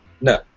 No